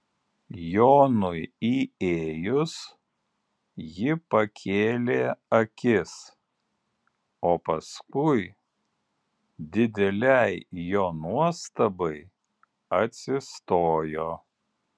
jonui įėjus ji pakėlė akis o paskui didelei jo nuostabai atsistojo